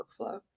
workflow